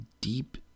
deep